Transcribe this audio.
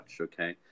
okay